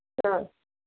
ಹಾಂ